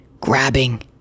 grabbing